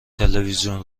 تلویزیون